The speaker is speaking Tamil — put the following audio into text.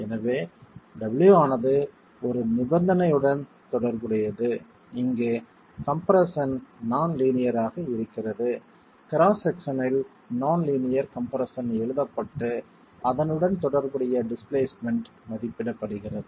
எனவே w ஆனது ஒரு நிபந்தனையுடன் தொடர்புடையது இங்கே கம்ப்ரெஸ்ஸன் நான் லீனியர் ஆக இருக்கிறது கிராஸ் செக்ஷனில் நான் லீனியர் கம்ப்ரெஸ்ஸன் எழுதப்பட்டு அதனுடன் தொடர்புடைய டிஸ்பிளேஸ்மென்ட் மதிப்பிடப்படுகிறது